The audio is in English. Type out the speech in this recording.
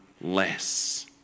less